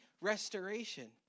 restoration